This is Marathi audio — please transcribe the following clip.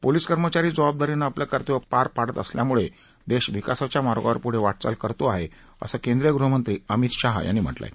पोलिस कर्मचारी जबाबदारीनं आपलं कर्तव्य पार पाडत असल्यामुळे देश विकासाच्या मार्गवर पुढे वाटचाल करत आहे असं केंद्रीय गृहमंत्री अमित शहा यांनी म्हटलं आहे